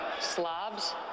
slobs